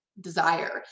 desire